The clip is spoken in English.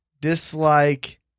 dislike